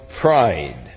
pride